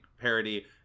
parody